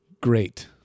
great